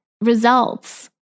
results